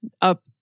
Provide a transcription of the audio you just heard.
up